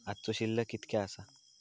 आजचो शिल्लक कीतक्या आसा?